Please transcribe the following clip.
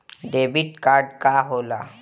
Debit card का होला?